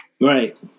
Right